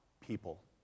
people